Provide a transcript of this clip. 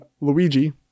luigi